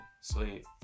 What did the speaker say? sleep